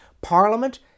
Parliament